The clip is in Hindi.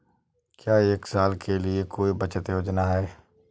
क्या एक साल के लिए कोई बचत योजना है?